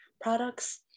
products